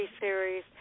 Series